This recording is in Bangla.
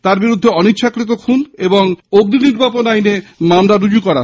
তার বিরুদ্ধে অনিচ্ছাকৃত খুন ও অগ্নি নির্বাপন আইনে মামলা রুজু করা হয়েছে